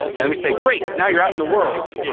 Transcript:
and we say, great now you're out in the world.